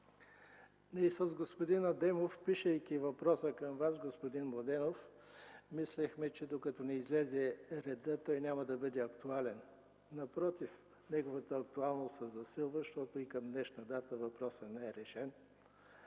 с господин Адемов, пишейки въпроса към, Вас господин Младенов, мислехме че докато ни излезе реда, той няма да бъде актуален. Напротив, неговата актуалност се засилва, защото и към днешна дата въпросът не е решен.